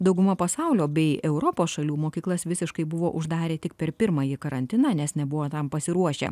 dauguma pasaulio bei europos šalių mokyklas visiškai buvo uždarę tik per pirmąjį karantiną nes nebuvo tam pasiruošę